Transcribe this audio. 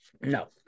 No